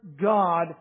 God